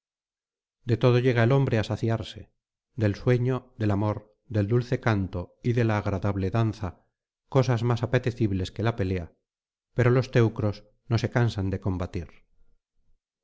de todo llega el hombre á saciarse del sueño del amor del dulce canto y de la agradable danza cosas más apetecibles que la pelea pero los teucros no se cansan de combatir